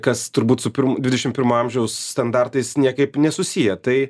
kas turbūt su pirm dvidešimt pirmojo amžiaus standartais niekaip nesusiję tai